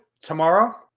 tomorrow